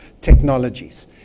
technologies